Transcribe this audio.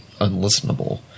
unlistenable